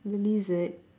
the lizard